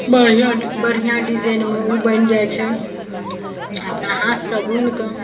बढ़िआँ बढ़िआँ डिजाइनमे उ बनि जाइ छै अपना हाथसँ बुनि कऽ